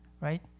right